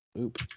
Oop